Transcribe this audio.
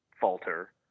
falter